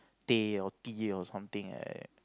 teh or tea or something like that